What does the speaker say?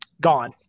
gone